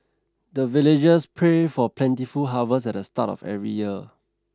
the villagers pray for plentiful harvest at the start of every year